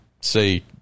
say